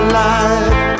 life